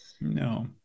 No